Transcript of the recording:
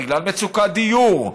בגלל מצוקת דיור,